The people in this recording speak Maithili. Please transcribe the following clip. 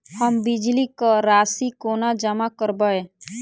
हम बिजली कऽ राशि कोना जमा करबै?